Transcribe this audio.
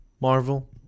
Marvel